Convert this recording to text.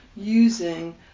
using